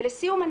ולסיום,